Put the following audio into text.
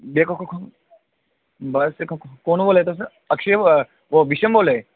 देखो बस कौन बोलै दे तुस अक्षय विशम बोलै दे तुस